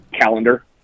calendar